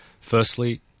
firstly